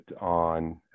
on